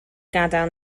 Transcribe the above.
gadael